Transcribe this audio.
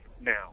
now